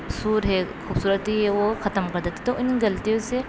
سُر ہے خوبصورتی ہے وہ ختم کر دیتی ہے تو ان غلطیوں سے